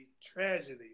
tragedy